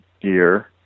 year